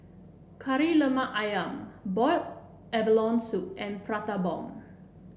Kari Lemak ayam boil abalone soup and Prata Bomb